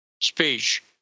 speech